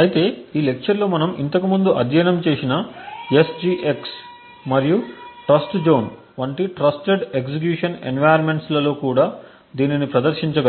అయితే ఈ లెక్చర్లో మనము ఇంతకుముందు అధ్యయనం చేసిన SGX మరియు ట్రస్ట్జోన్ వంటి ట్రస్టెడ్ ఎగ్జిక్యూషన్ ఎన్విరాన్మెంట్లలో కూడా దీనిని ప్రదర్శించగలము